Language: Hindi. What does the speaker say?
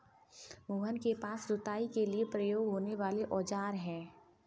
मोहन के पास जुताई के लिए प्रयोग होने वाले औज़ार है